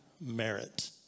merit